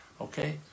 Okay